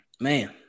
man